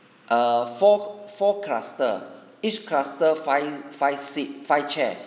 err four four cluster each cluster five five seat five chair